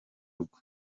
rugo